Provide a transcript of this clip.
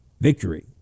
victory